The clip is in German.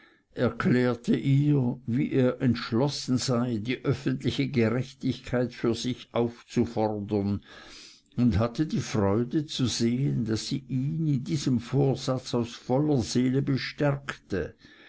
erklärte ihr wie er entschlossen sei die öffentliche gerechtigkeit für sich aufzufordern und hatte die freude zu sehen daß sie ihn in diesem vorsatz aus voller seele bestärkte